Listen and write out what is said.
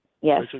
yes